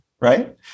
right